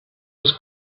was